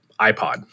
iPod